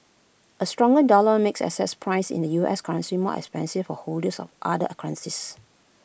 A stronger dollar makes assets priced in the U S currency more expensive for holders other currencies